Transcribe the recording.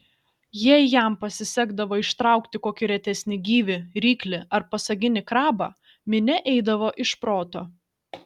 jei jam pasisekdavo ištraukti kokį retesnį gyvį ryklį ar pasaginį krabą minia eidavo iš proto